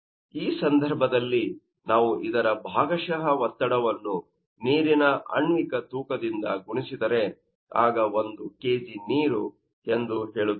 ಆದ್ದರಿಂದ ಈ ಸಂದರ್ಭದಲ್ಲಿ ನಾವು ಇದರ ಭಾಗಶಃ ಒತ್ತಡವನ್ನು ನೀರಿನ ಆಣ್ವಿಕ ತೂಕದಿಂದ ಗುಣಿಸಿದರೆ ಆಗ ಒಂದು kg ನೀರು ಎಂದು ಹೇಳುತ್ತೀರಿ